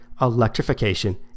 electrification